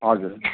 हजुर